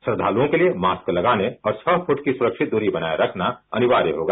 श्रद्धालुओं के लिए मास्क लगाने और छह फीट की सुरक्षित दूरी बनाए रखना अनिवार्य होगा